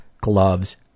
gloves